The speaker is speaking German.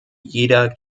jeder